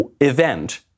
event